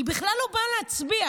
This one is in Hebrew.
היא בכלל לא באה להצביע.